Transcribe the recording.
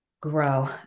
grow